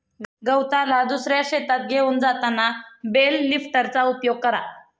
गवताला दुसऱ्या शेतात घेऊन जाताना बेल लिफ्टरचा उपयोग करा